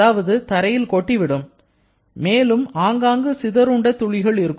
அதாவது தரையில் கொட்டி விடும் மேலும் ஆங்காங்கு சிதறுண்ட துளிகள் இருக்கும்